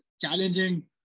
challenging